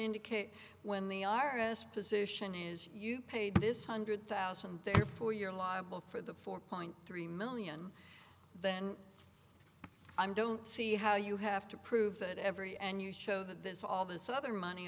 indicates when the i r s position is you paid this hundred thousand therefore you're liable for the four point three million then i'm don't see how you have to prove that every and you show that this all this other money